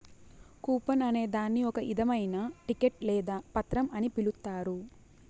coupon అనే దాన్ని ఒక ఇధమైన టికెట్ లేదా పత్రం అని పిలుత్తారు